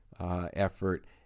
effort